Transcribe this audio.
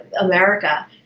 America